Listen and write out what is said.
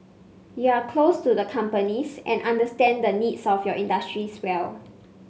you are close to the companies and understand the needs of your industries well